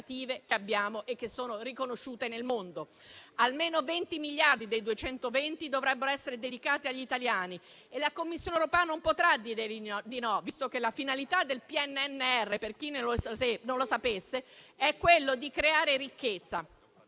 che abbiamo e che sono riconosciute nel mondo. Almeno 20, di quei 220 miliardi di euro, dovrebbero essere dedicati agli italiani e la Commissione europea non potrà dire di no, visto che la finalità del PNNR, per chi non lo sapesse, è creare ricchezza.